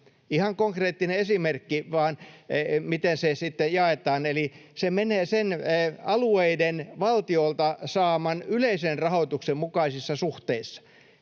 Ihan konkreettinen esimerkki vain, miten se sitten jaetaan: Se menee alueiden valtiolta saaman yleisen rahoituksen mukaisissa suhteissa.